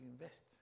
invest